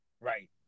Right